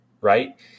right